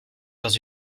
dans